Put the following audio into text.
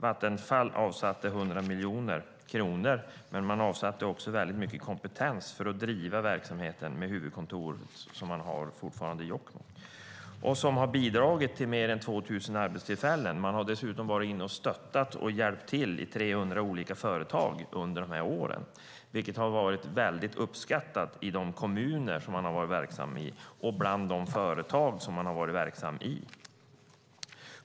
Vattenfall avsatte 100 miljoner kronor men avsatte också mycket kompetens för att driva verksamheten, med huvudkontoret fortfarande i Jokkmokk. Det har bidragit till mer än 2 000 arbetstillfällen. Man har dessutom varit inne och stöttat och hjälpt till i 300 olika företag under de här åren, vilket har varit mycket uppskattat i de kommuner där man har varit verksam och bland de företag där man har varit verksam.